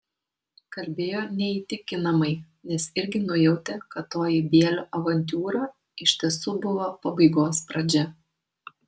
kalbėjo neįtikinamai nes irgi nujautė kad toji bielio avantiūra iš tiesų buvo pabaigos pradžia